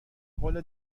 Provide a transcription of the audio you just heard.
قول